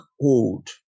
hold